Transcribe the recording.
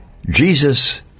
Jesus